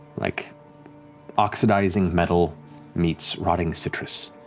like oxidizing metal meets rotting citrus.